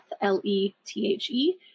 L-E-T-H-E